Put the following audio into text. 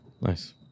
Nice